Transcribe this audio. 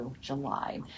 July